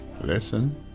Listen